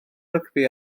rygbi